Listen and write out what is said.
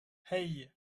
hey